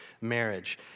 marriage